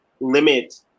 limit